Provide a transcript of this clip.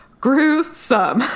Gruesome